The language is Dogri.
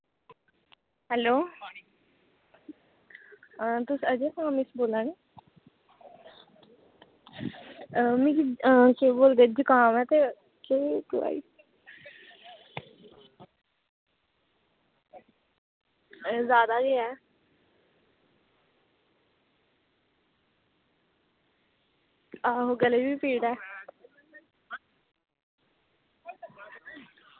हैलो तुस अज़य कैमिस्ट बोला दे मिगी केह् बोलदे जकाम ऐ ते दवाई जादा गै ऐ आहो गले गी बी पीड़ ऐ